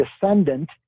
descendant